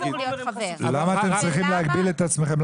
למה אתם צריכים להגביל את עצמכם?